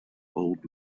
old